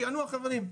שיענו החברים.